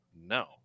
No